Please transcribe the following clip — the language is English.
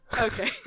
okay